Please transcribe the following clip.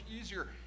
easier